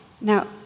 Now